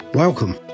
Welcome